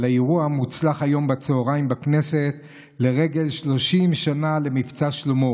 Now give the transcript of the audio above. על האירוע המוצלח היום בצוהריים בכנסת לרגל 30 שנה למבצע שלמה,